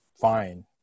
fine